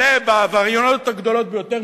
כלה בעבריינים הגדולים ביותר,